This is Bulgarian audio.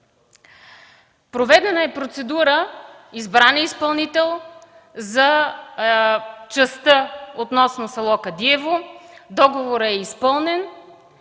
Проведена е процедура, избран е изпълнител за частта относно село Кадиево, договорът е изпълнен